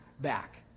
back